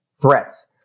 threats